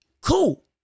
cool